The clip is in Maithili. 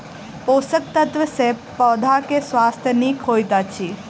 पोषक तत्व सॅ पौधा के स्वास्थ्य नीक होइत अछि